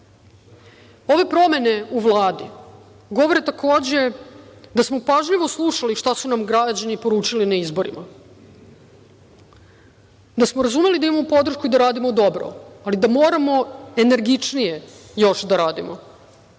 promene u Vladi govore takođe da smo pažljivo slušali šta su nam građani poručili na izborima, da smo razumeli da imamo podršku i da radimo dobro, ali da moramo još energičnije da radimo,